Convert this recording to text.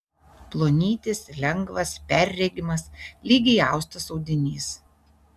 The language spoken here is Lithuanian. plonytis lengvas perregimas lygiai austas audinys